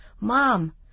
Mom